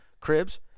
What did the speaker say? Cribs